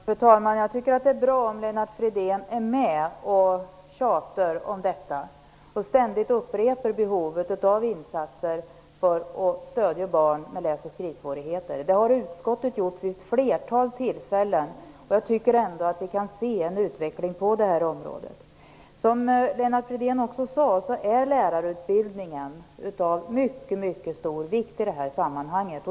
Fru talman! Jag tycker att det är bra om Lennart Fridén är med och tjatar om detta och ständigt upprepar behovet av insatser för att stödja barn med läsoch skrivsvårigheter. Det har utskottet gjort vid ett flertal tillfällen. Jag tycker ändå att vi kan se en utveckling på det här området. Som Lennart Fridén också sade är lärarutbildningen av mycket stor vikt i det här sammanhanget.